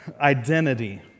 identity